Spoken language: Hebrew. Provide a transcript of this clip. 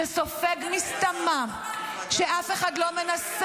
שסופג משטמה ----------- מפלגה לאומית ליברלית.